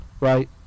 right